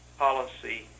policy